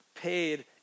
paid